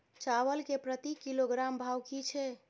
चावल के प्रति किलोग्राम भाव की छै?